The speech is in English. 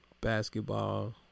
basketball